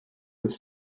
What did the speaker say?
with